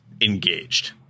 engaged